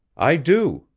i do!